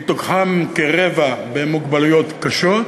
מהם כרבע במוגבלויות קשות,